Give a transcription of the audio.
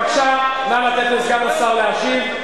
בבקשה, נא לתת לסגן השר להשיב.